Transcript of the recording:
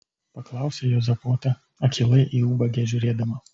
paklausė juozapota akylai į ubagę žiūrėdama